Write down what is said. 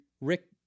Rick